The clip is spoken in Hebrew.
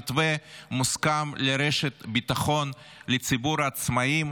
מתווה מוסכם לרשת ביטחון לציבור העצמאים.